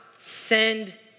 send